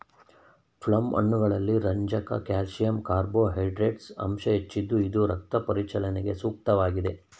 plum ಹಣ್ಣುಗಳಲ್ಲಿ ರಂಜಕ calcium carbohydrates ಅಂಶ ಹೆಚ್ಚಿದ್ದು ಇದು ರಕ್ತ ಪರಿಚಲನೆಗೆ ಸೂಕ್ತವಾಗಿದೆ